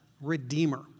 redeemer